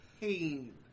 pain